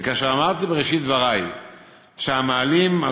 וכאשר אמרתי בראשית דברי שהמעלים על